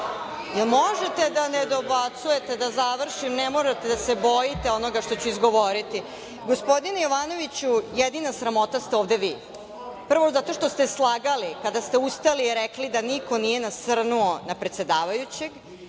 možete da ne dobacujete da završim? Ne morate da se bojite onoga što ću izgovoriti. Gospodine Jovanoviću, jedina sramota ste ovde vi. Prvo, zato što ste slagali kada ste ustali i rekli da niko nije nasrnuo na predsedavajućeg,